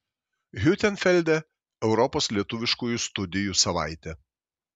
hiutenfelde europos lietuviškųjų studijų savaitė